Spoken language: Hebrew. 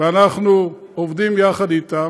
ואנחנו עובדים יחד איתם.